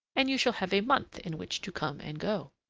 and you shall have a month in which to come and go.